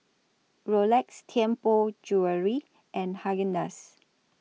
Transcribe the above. Rolex Tianpo Jewellery and Haagen Dazs